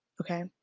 okay